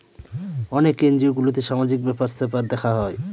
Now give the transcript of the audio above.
অনেক এনজিও গুলোতে সামাজিক ব্যাপার স্যাপার দেখা হয়